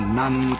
none